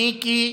מיקי,